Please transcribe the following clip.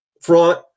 front